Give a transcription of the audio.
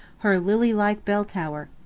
her lily-like bell-tower!